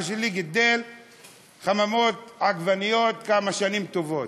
שלי גידל עגבניות בחממות כמה שנים טובות.